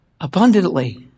Abundantly